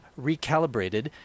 recalibrated